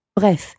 Bref